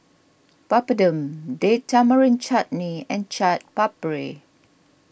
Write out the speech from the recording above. Papadum Date Tamarind Chutney and Chaat Papri